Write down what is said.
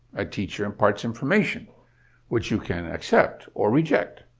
a teacher imparts information which you can accept or reject.